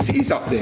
he's up